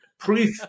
Proof